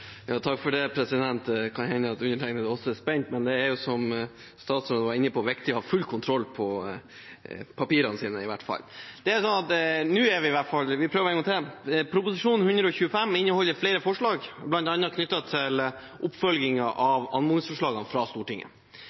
Det kan hende at undertegnede også er spent. Det er som statsråden var inne på, viktig å ha full kontroll på papirene sine i hvert fall. Jeg prøver nå en gang til. Proposisjon 125 L inneholder flere forslag, bl.a. knyttet til oppfølging av anmodningsforslag fra Stortinget.